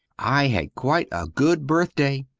i had quite a good birthday.